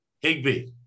Higby